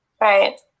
Right